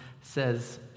says